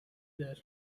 there